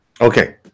Okay